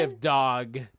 dog